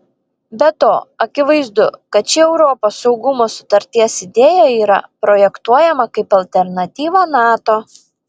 be to akivaizdu kad ši europos saugumo sutarties idėja yra projektuojama kaip alternatyva nato